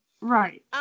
Right